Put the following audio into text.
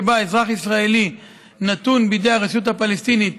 שבה אזרח ישראלי נתון בידי הרשות הפלסטינית,